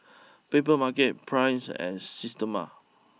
Papermarket Praise and Systema